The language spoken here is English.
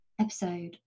episode